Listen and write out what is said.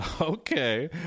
Okay